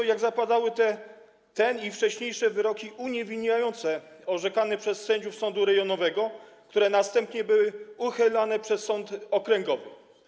A jak zapadały ten i wcześniejsze wyroki uniewinniające orzekane przez sędziów sądu rejonowego, które następnie były uchylane przez sąd okręgowy?